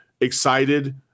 excited